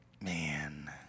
man